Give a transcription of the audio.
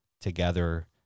together